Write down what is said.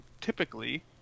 typically